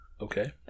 Okay